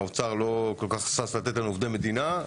והאוצר לא שש לתת לנו עובדי מדינה,